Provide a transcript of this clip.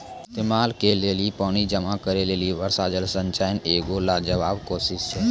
इस्तेमाल के लेली पानी जमा करै लेली वर्षा जल संचयन एगो लाजबाब कोशिश छै